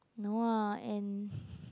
no lah and